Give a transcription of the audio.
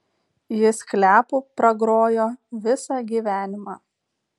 jis kliapu pragrojo visą gyvenimą